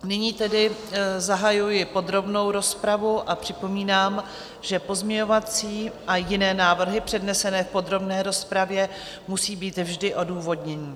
Nyní tedy zahajuji podrobnou rozpravu a připomínám, že pozměňovací a jiné návrhy přednesené v podrobné rozpravě musí být vždy odůvodněny.